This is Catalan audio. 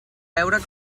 veure